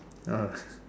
oh